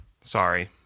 Sorry